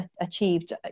achieved